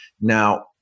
Now